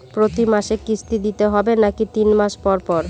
প্রতিমাসে কিস্তি দিতে হবে নাকি তিন মাস পর পর?